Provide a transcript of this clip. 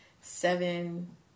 seven